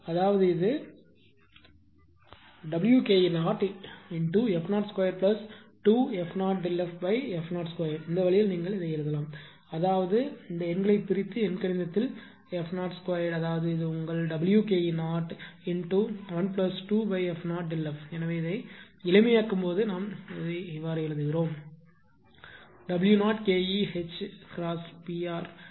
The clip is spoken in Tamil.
அதாவது இது Wke0f022f0Δff02 இந்த வழியில் நீங்கள் எழுதலாம் அதாவது இது எண்களைப் பிரித்து எண்கணிதத்தில் f 02 அதாவது அது உங்கள் Wke012f0Δf எனவே இதை எளிமையாக்கும்போது நாம் எழுதுகிறோம் Wke0 HPrr க்கு சமம் பார்த்த